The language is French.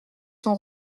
son